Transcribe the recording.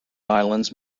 islands